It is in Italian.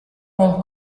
nel